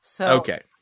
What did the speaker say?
Okay